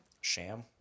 Sham